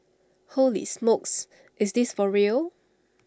holy smokes is this for real